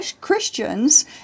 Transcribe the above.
Christians